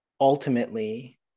ultimately